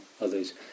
other's